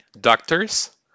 doctors